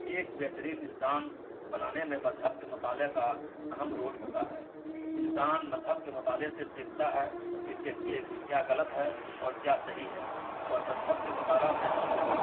ایک بہترین انسان بنانے میں مذہب کے مطالعہ کا اہم رول ہوتا ہے انسان مذہب کے مطالعے سے سیکھتا ہے کہ کیا غلط ہے اور کیا صحیح ہے اور مذہب کے مطالعہ سے ہم بہت